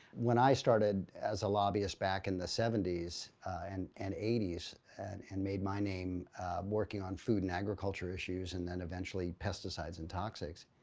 when i started as a lobbyist back in the seventy s and and eighty s and and made my name working on food and agriculture issues and then eventually, pesticides and toxics,